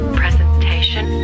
presentation